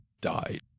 died